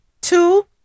two